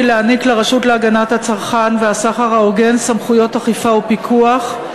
להעניק לרשות להגנת הצרכן והסחר ההוגן סמכויות אכיפה ופיקוח,